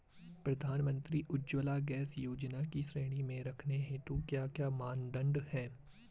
प्रधानमंत्री उज्जवला गैस योजना की श्रेणी में रखने हेतु क्या क्या मानदंड है?